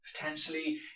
potentially